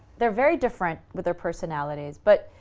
they're very different with their personalities. but,